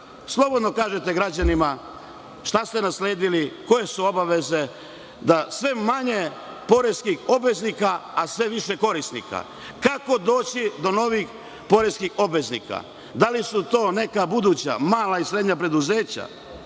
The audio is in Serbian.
slobodno kažete građanima šta ste nasledili, koje su obaveze, da je sve manje poreskih obveznika, a sve više korisnika. Kako doći do novih poreskih obveznika? Da li su to neka buduća mala i srednja preduzeća?